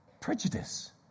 prejudice